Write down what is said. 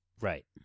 Right